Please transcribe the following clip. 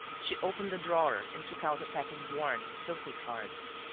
she opened a drawer and took out a pack of worn, filthy cards.